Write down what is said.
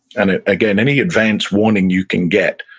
and ah again, any advance warning you can get